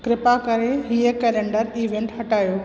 कृपा करे हीअ कैलेंडर इवेंट हटायो